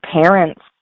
parents